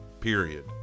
period